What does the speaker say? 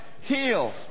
healed